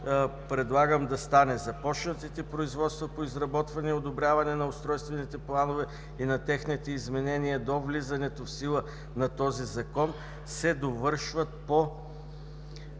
предлагам да стане: „Започнатите производства по изработване и одобряване на устройствените планове и на техните изменения до влизането в сила на този Закон се довършват по